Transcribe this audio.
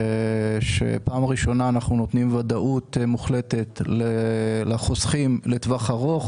זאת פעם ראשונה בה אנחנו נותנים ודאות מוחלטת לחוסכים לטווח ארוך,